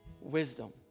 wisdom